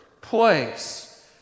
place